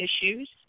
issues